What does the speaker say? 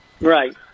Right